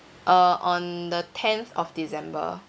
uh on the tenth of december